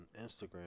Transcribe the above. Instagram